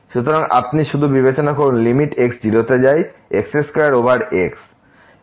সুতরাং আপনি শুধু বিবেচনা করুন লিমিট x 0 তে যায় x2 over x